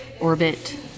orbit